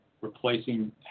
replacing